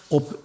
op